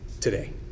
today